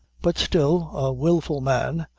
but still, a wilful man,